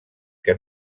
que